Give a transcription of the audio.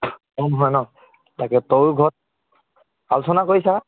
কম নহয় ন তয়ো ঘৰত আলোচলা কৰি চা